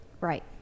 Right